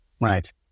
Right